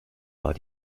war